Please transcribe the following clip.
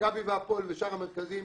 סיכמתי אתו --- סיכמה נוסח, מצוין.